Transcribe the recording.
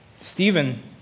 Stephen